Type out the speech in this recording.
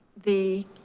the.